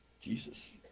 Jesus